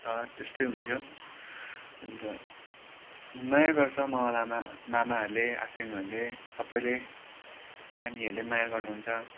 त त्यस्तै हुन्थ्यो अन्त माया गर्छ मावलामा मामाहरूले आसेङहरूले सबैले आनीहरूले पनि माया गर्नुहुन्छ